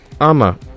ama